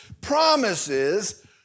promises